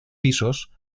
pisos